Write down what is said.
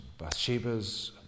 Bathshebas